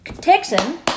Texan